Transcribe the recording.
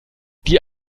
die